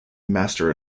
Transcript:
master